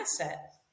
asset